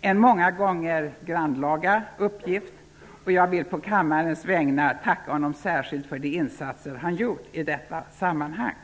Det är en många gånger grannlaga uppgift, och jag vill på kammarens vägnar tacka honom särskilt för de insatser han gjort i detta sammanhang.